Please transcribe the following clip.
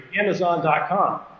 Amazon.com